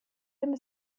dem